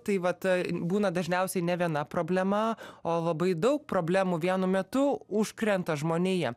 tai vat būna dažniausiai ne viena problema o labai daug problemų vienu metu užkrenta žmoniją